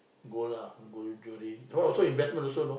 gold lah gold jewelry that one also investment also you know